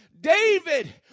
David